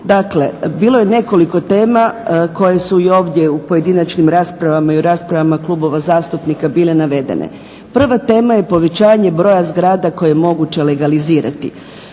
Dakle, bilo je nekoliko tema koje su i ovdje u pojedinačnim raspravama i u raspravama klubova zastupnika bile navedene. Prva tema je povećanje broja zgrada koje je moguće legalizirati.